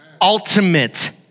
Ultimate